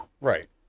right